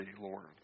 Lord